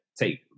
take